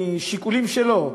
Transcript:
משיקולים שלו,